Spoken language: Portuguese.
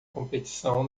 competição